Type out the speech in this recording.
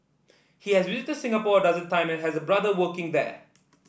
he has visited Singapore a dozen time and has a brother working there